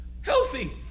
healthy